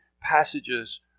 passages